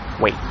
wait